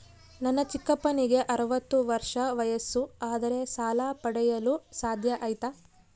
ನನ್ನ ಚಿಕ್ಕಪ್ಪನಿಗೆ ಅರವತ್ತು ವರ್ಷ ವಯಸ್ಸು ಆದರೆ ಸಾಲ ಪಡೆಯಲು ಸಾಧ್ಯ ಐತಾ?